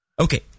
Okay